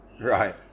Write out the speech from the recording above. Right